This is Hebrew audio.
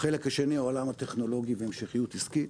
החלק השני הוא העולם הטכנולוגי והמשכיות עסקית.